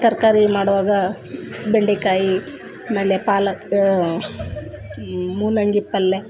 ತರಕಾರಿ ಮಾಡೋವಾಗ ಬೆಂಡೇಕಾಯಿ ಆಮೇಲೆ ಪಾಲ ಮೂಲಂಗಿ ಪಲ್ಲೆ